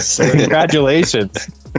Congratulations